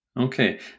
Okay